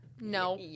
No